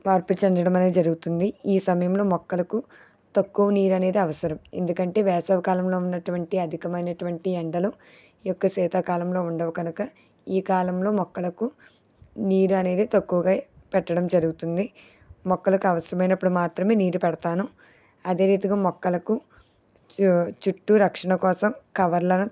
మార్పు చెందడం అనేది జరుగుతుంది ఈ సమయంలో మొక్కలకు తక్కువ నీరు అనేది అవసరం ఎందుకంటే వేసవికాలంలో ఉన్నటువంటి అధికమైనటువంటి ఎండలు ఈ యొక్క శీతాకాలంలో ఉండవు కనుక ఈ కాలంలో మొక్కలకు నీరు అనేది తక్కువగా పెట్టడం జరుగుతుంది మొక్కలకు అవసరమైనప్పుడు మాత్రమే నీరు పెడతాను అదే రీతిగా మొక్కలకు చు చుట్టూ రక్షణ కోసం కవర్లను